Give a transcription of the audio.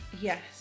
Yes